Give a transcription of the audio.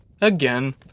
again